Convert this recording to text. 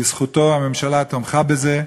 בזכותו הממשלה תמכה בזה,